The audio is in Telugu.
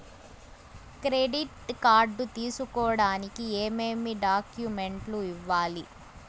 క్రెడిట్ కార్డు తీసుకోడానికి ఏమేమి డాక్యుమెంట్లు ఇవ్వాలి